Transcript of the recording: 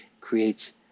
creates